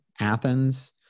Athens